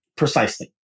Precisely